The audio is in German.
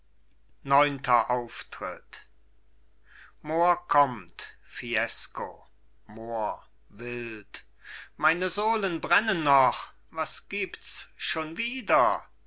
neunter auftritt mohr kommt fiesco mohr wild meine sohlen brennen noch was gibts schon wieder